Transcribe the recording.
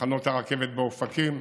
תחנות הרכבת באופקים,